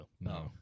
No